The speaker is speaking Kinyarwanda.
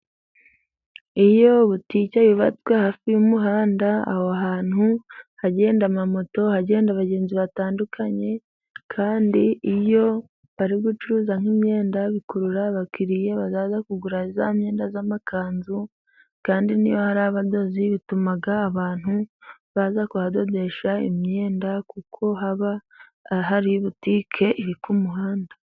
Iyo butike yubatswe hafi y'umuhanda ,aho hantu hagenda amamoto ,hagenda abagenzi batandukanye kandi iyo bari gucuruza nk'imyenda ,bikurura abakiriya baza kugura ya myenda y'amakanzu kandi n'iyo hari abadozi bituma abantu baza kuhadodesha imyenda kuko haba hari butike iri ku muhanda.